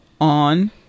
on